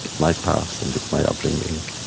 but my past and with my upbringing,